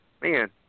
man